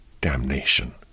damnation